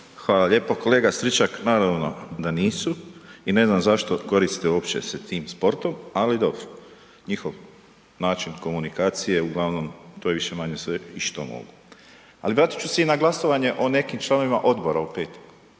Hvala lijepo. Kolega Stričak, naravno da nisu i ne znam zašto koriste uopće se tim sportom, ali dobro, njihov način komunikacije, uglavnom, to je više-manje sve i što mogu. Ali vratit ću se i na glasovanje o nekim članovima odbora u petak.